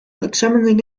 examining